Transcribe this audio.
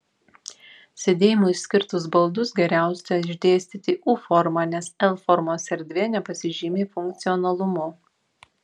sėdėjimui skirtus baldus geriausia išdėstyti u forma nes l formos erdvė nepasižymi funkcionalumu